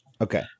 Okay